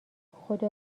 خدا